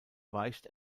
weicht